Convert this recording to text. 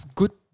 good